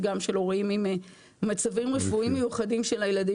וגם של הורים עם מצבים רפואיים של הילדים,